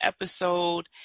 episode